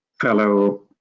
fellow